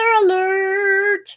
alert